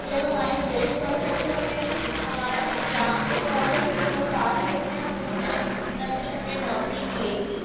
جب ہمارے grades perfect ہوں گے ہمارا ایگزام ایک دم پرفیکٹ ایک دم پاس ہوں گے ہم اس میں تبھی ہمیں نوکری ملے گی